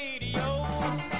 radio